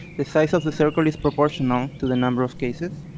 the size of the circle is proportional to the number of cases.